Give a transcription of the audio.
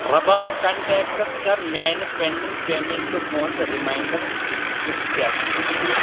rabab contacts کَر میٚانہِ pending پیمنٹَن ہُنٛد رِمینڈر سؠٹ